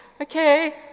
okay